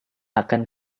akan